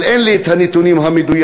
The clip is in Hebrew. אבל אין לי נתונים מדויקים.